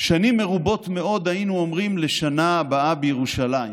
"שנים מרובות מאוד היינו אומרים 'לשנה הבאה בירושלים',